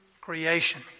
creation